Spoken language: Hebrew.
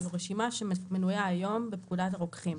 יש לנו רשימה שמנויה היום בפקודת הרוקחים.